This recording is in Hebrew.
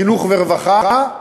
חינוך ורווחה,